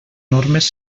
normes